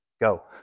Go